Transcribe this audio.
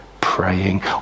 praying